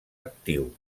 actiu